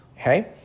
Okay